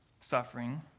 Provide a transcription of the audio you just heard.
suffering